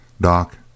Doc